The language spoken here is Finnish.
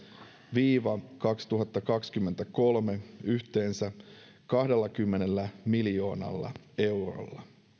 viiva kaksituhattakaksikymmentäkolme yhteensä kahdellakymmenellä miljoonalla eurolla